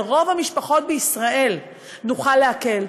על רוב המשפחות בישראל נוכל להקל.